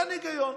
אין היגיון.